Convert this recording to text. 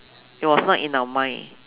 it was not in our mind